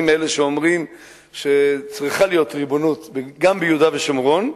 אני מאלה שאומרים שצריכה להיות ריבונות גם ביהודה ושומרון,